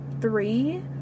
three